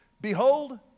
behold